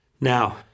Now